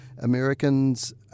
Americans